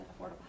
affordable